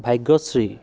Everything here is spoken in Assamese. ভাগ্যশ্ৰী